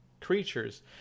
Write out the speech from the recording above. creatures